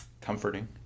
comforting